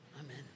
Amen